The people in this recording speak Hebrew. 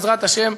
בעזרת השם,